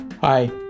Hi